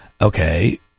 okay